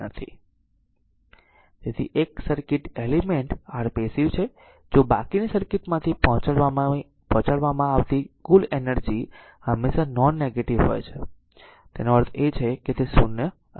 તેથી એક circuit element r passive છે જો બાકીની સર્કિટ માંથી પહોંચાડવામાં આવતી કુલ એનર્જી હંમેશા નોન નેગેટીવ હોય છે તેનો અર્થ એ છે કે તે 0 અથવા પોઝીટીવ હોઈ શકે છે